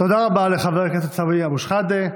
תודה רבה לחבר הכנסת סמי אבו שחאדה.